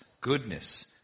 goodness